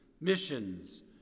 missions